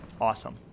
Awesome